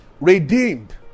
redeemed